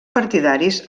partidaris